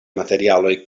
materialoj